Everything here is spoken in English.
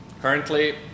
currently